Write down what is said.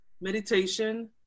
meditation